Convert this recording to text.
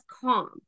calm